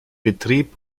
betrieb